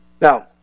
Now